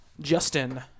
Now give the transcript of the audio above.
Justin